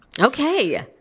Okay